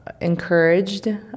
encouraged